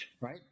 right